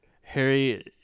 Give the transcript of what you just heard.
Harry